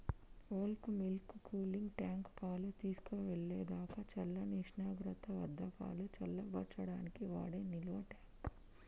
bulk milk cooling tank, పాలు తీసుకెళ్ళేదాకా చల్లని ఉష్ణోగ్రత వద్దపాలు చల్లబర్చడానికి వాడే నిల్వట్యాంక్